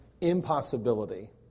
impossibility